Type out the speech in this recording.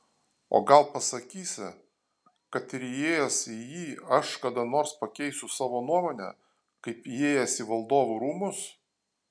o gal pasakysi kad ir įėjęs į jį aš kada nors pakeisiu savo nuomonę kaip įėjęs į valdovų rūmus